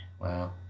Wow